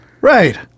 right